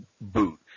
boot